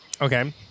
Okay